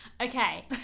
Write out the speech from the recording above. Okay